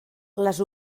les